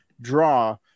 draw